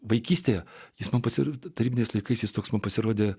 vaikystėje jis man pasirodė tarybiniais laikais jis toks man pasirodė